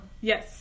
yes